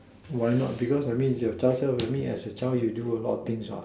why not because I mean as a child you do a lot of things